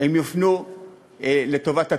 הם יופנו לטובת הצריכה,